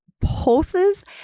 pulses